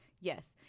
yes